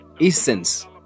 Essence